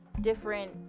different